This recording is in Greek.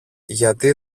γιατί